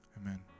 Amen